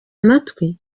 amatwi